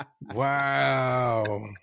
Wow